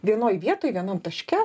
vienoj vietoj vienam taške